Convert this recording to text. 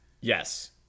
Yes